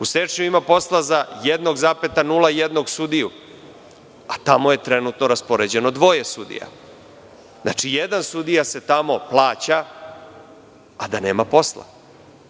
U Sečnju ima posla za 1,01 sudiju, a tamo je trenutno raspoređeno dvoje sudija. Znači, jedan sudija se tamo plaća, a da nema posla.